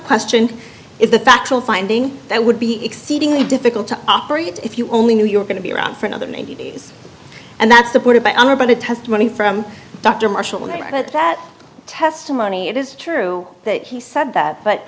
question is the factual finding that would be exceedingly difficult to operate if you only knew you were going to be around for another ninety days and that's supported by our by the testimony from dr marshall that testimony it is true that he said that